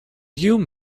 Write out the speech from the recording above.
you